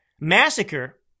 massacre